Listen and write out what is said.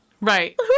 right